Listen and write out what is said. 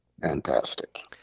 Fantastic